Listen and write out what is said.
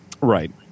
Right